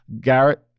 Garrett-